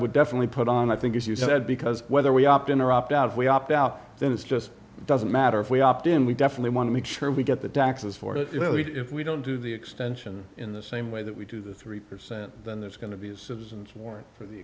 would definitely put on i think as you said because whether we opt in or opt out we opt out then it's just doesn't matter if we opt in we definitely want to make sure we get the taxes for it if we don't do the extension in the same way that we do the three percent then there's going to be assistance more for the